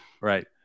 Right